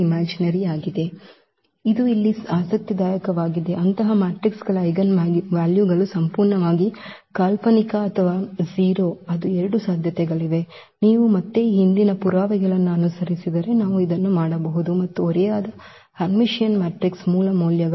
ಇದು ಇಲ್ಲಿ ಆಸಕ್ತಿದಾಯಕವಾಗಿದೆ ಅಂತಹ ಮ್ಯಾಟ್ರಿಕ್ಸ್ಗಳ ಐಜೆನ್ವಾಲ್ಯೂಗಳು ಸಂಪೂರ್ಣವಾಗಿ ಕಾಲ್ಪನಿಕ ಅಥವಾ 0 ಅದು ಎರಡು ಸಾಧ್ಯತೆಗಳು ನೀವು ಮತ್ತೆ ಈ ಹಿಂದಿನ ಪುರಾವೆಗಳನ್ನು ಅನುಸರಿಸಿದರೆ ನಾವು ಇದನ್ನು ಮಾಡಬಹುದು ಮತ್ತು ಓರೆಯಾದ ಹರ್ಮಿಟಿಯನ್ ಮ್ಯಾಟ್ರಿಕ್ಸ್ನ ಮೂಲ ಮೌಲ್ಯಗಳು